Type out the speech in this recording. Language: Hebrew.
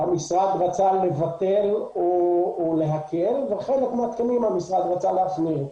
המשרד רצה לבטל או להקל ובחלק מהתקנים המשרד רצה להחמיר.